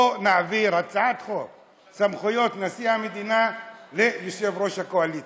בוא נעביר הצעת חוק סמכויות נשיא המדינה ליושב-ראש הקואליציה,